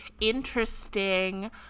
interesting